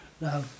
Now